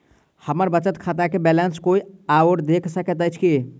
हम्मर बचत खाता केँ बैलेंस कोय आओर देख सकैत अछि की